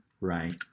Right